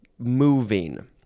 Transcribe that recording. Moving